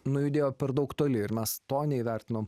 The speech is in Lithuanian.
nujudėjo per daug toli ir mes to neįvertinom